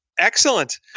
Excellent